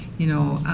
you know,